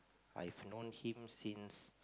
I've known him since